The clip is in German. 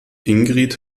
ingrid